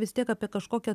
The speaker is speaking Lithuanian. vis tiek apie kažkokią